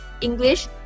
English